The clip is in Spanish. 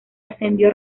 ascendió